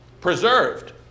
preserved